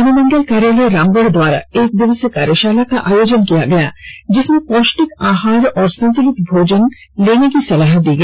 अनुमंडल कार्यालय रामगढ़ द्वारा एक दिवसीय कार्यशाला का आयोजन किया गया जिसमें पौष्टिक आहार और संतुलित भोजन लेने की सलाह दी गई